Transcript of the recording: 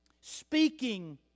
speaking